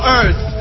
earth